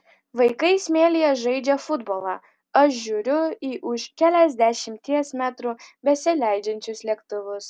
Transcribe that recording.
vaikai smėlyje žaidžia futbolą aš žiūriu į už keliasdešimties metrų besileidžiančius lėktuvus